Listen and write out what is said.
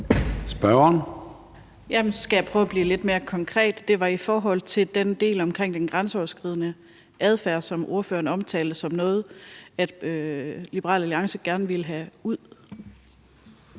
Hansen (EL): Så skal jeg prøve at blive lidt mere konkret. Det var i forhold til den del omkring den grænseoverskridende adfærd, som ordføreren omtalte som noget, Liberal Alliance gerne ville have ud.